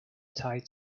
tight